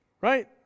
Right